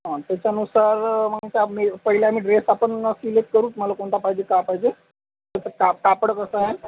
हां त्याच्यानुसार मग त्या मे पहिले आम्ही ड्रेस आपण सिलेक्ट करू तुम्हाला कोणता पाहिजे का पाहिजे त्याचं का कापड कसं आहे